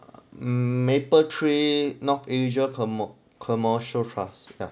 mapletree north asia commercial trust ya